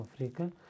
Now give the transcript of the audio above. Africa